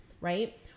Right